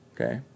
okay